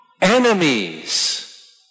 enemies